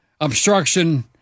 Obstruction